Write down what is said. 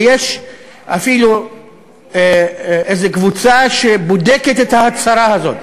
ויש אפילו איזו קבוצה שבודקת את ההצהרה הזאת.